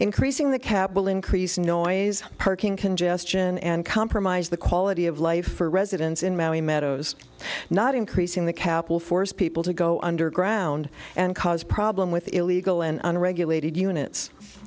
increasing the cap will increase noise parking congestion and compromise the quality of life for residents in miami meadows not increasing the cap will force people to go underground and cause problem with illegal and unregulated units